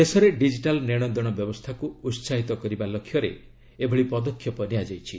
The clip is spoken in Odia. ଦେଶରେ ଡିଜିଟାଲ୍ ନେଣଦେଣ ବ୍ୟବସ୍ଥାକୁ ଉତ୍ସାହିତ କରିବା ଲକ୍ଷ୍ୟରେ ଏହି ପଦକ୍ଷେପ ନିଆଯାଇଛି